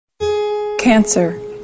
Cancer